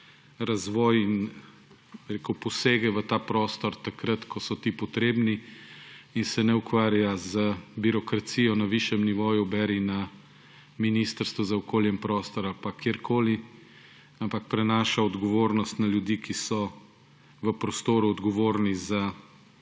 razvoj in posege v ta prostor takrat, ko so ti potrebni, in se ne ukvarja z birokracijo na višjem nivoju – beri na Ministrstvu za okolje in prostor ali pa kjerkoli –, ampak prenaša odgovornost na ljudi, ki so v prostoru odgovorni za